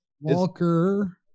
walker